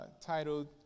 titled